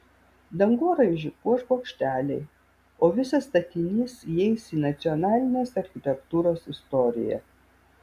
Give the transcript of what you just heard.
dangoraižį puoš bokšteliai o visas statinys įeis į nacionalinės architektūros istoriją